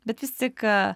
bet vis tik